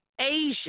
Asia